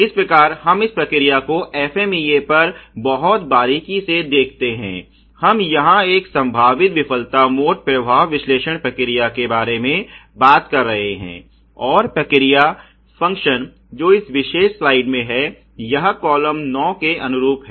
इस प्रकार हम इस प्रक्रिया को FMEA पर बहुत बारीकी से देखते हैं हम यहां एक संभावित विफलता मोड प्रभाव विश्लेषण प्रक्रिया के बारे में बात कर रहे हैं और प्रक्रिया फ़ंक्शन जो इस विशेष स्लाइड में है यह कॉलम 9 के अनुरूप है